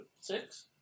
six